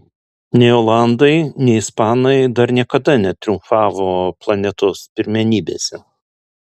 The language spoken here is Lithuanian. nei olandai nei ispanai dar niekada netriumfavo planetos pirmenybėse